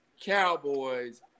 Cowboys